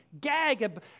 gag